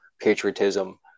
patriotism